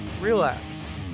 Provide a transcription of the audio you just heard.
relax